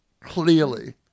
Clearly